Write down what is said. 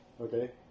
Okay